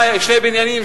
שני בניינים,